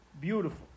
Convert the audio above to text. beautiful